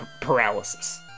Paralysis